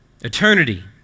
Eternity